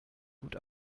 gut